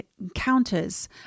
encounters